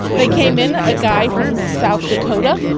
they came in, a guy from south dakota,